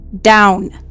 down